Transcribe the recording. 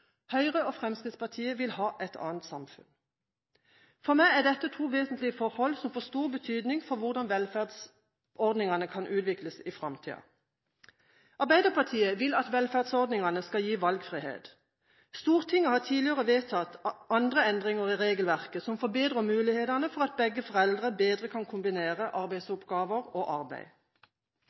Høyre og Fremskrittspartiet vil ha et annet samfunn. For meg er dette to vesentlige forhold som får stor betydning for hvordan velferdsordningene kan utvikles i framtida. Arbeiderpartiet vil at velferdsordningene skal gi valgfrihet. Stortinget har tidligere vedtatt andre endringer i regelverket som forbedrer mulighetene for at begge foreldre bedre kan kombinere omsorgsoppgaver og arbeid.